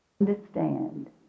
understand